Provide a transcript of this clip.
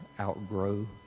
outgrow